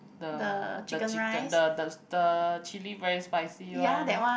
the the chicken the the the chili very spicy one